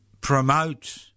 promote